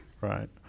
right